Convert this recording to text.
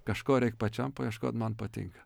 kažko reik pačiam paieškot man patinka